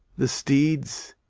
the steeds,